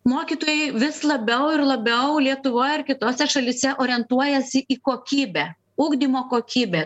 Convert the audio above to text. mokytojai vis labiau ir labiau lietuvoj ar kitose šalyse orientuojasi į kokybę ugdymo kokybę